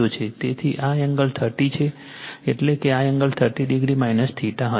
તેથી આ angle 30o છે એટલે કે આ એંગલ 30 o હશે